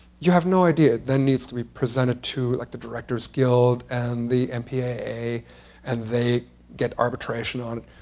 you have no idea. it then needs to be presented to like the directors' guild and the mpaa, and and they get arbitration on it.